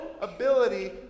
ability